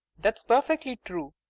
that's perfectly true.